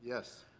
yes.